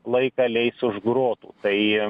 laiką leis už grotų tai